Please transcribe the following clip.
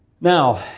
Now